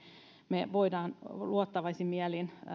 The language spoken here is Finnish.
me voimme olla luottavaisin mielin